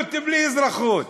נאמנות בלי אזרחות.